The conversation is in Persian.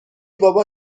بابا